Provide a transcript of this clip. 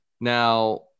Now